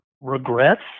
regrets